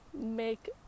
make